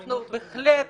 אנחנו בהחלט